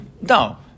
no